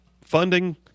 funding